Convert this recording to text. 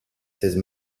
seize